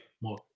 More